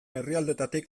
herrialdeetatik